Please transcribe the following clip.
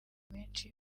menshi